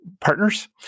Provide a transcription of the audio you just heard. partners